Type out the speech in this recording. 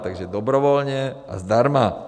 Takže dobrovolně a zdarma.